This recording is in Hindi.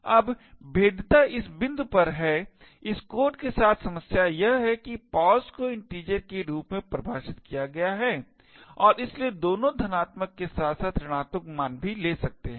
अब भेद्यता इस बिंदु पर है इस कोड के साथ समस्या यह है कि pos को integer के रूप में परिभाषित किया गया है और इसलिए दोनों धनात्मक के साथ साथ ऋणात्मक मान भी ले सकते हैं